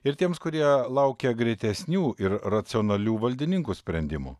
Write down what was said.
ir tiems kurie laukia greitesnių ir racionalių valdininkų sprendimų